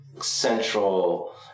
central